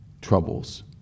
troubles